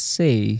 say